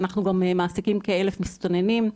אנחנו גם מעסיקים כ-1,000 מסתננים.